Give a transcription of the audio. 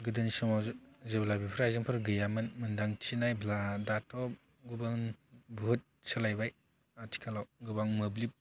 गोदोनि समाव जेब्ला बेफोर आइजेंफोर गैयामोन मोनदांथि नायब्ला दाथ' गुबुन बुहुथ सोलायबाय आथिखालाव गोबां मोब्लिब